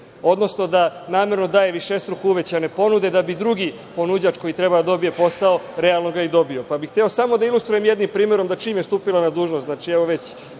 „zec“,odnosno da namerno daje višestruko uvećane ponude, da bi drugi ponuđač, koji treba da dobije posao, realno ga i dobio. Hteo bih samo da ilustrujem jednim primerom, da čim je stupila na dužnost,